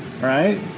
Right